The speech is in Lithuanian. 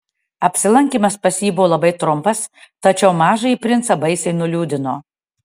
apsilankymas pas jį buvo labai trumpas tačiau mažąjį princą baisiai nuliūdino